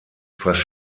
fast